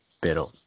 Pero